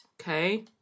Okay